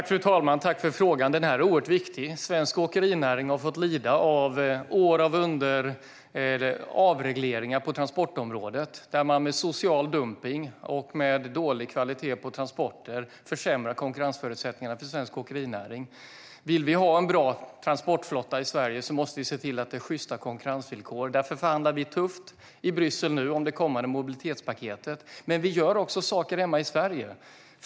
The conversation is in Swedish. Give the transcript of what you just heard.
Fru talman! Tack för frågan! Den är oerhört viktig. Svensk åkerinäring har fått lida av år av avregleringar på transportområdet. Man har med social dumpning och dålig kvalitet på transporter försämrat konkurrensförutsättningarna för svensk åkerinäring. Om vi vill ha en bra transportflotta i Sverige måste vi se till att konkurrensvillkoren är sjysta. Därför förhandlar vi tufft i Bryssel nu om det kommande mobilitetspaketet. Men vi gör också saker hemma i Sverige.